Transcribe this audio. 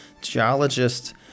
geologists